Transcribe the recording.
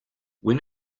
when